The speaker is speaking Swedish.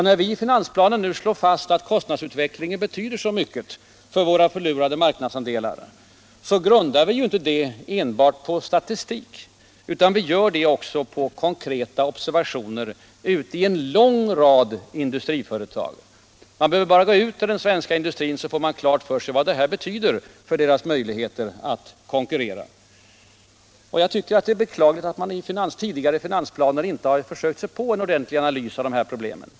När vi nu i finansplanen slår fast att kostnadsutvecklingen betyder så mycket för våra förlorade marknadsandelar grundar vi inte det enbart på statistik utan också på konkreta observationer ute i en lång rad industriföretag. Man behöver bara gå ut till den svenska industrin så får man klart för sig vad de höga kostnaderna betyder för företagens möjligheter att konkurrera. Jag tycker att det är beklagligt att man inte i tidigare finansplaner har försökt sig på en ordentlig analys av dessa problem.